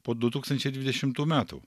po du tūkstančiai dvidešimtų metų